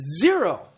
Zero